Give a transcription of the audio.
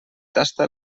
tasta